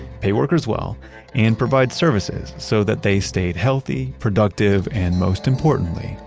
pay workers well and provide services so that they stayed healthy, productive, and most importantly,